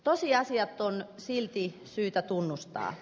tosiasiat on silti syytä tunnustaa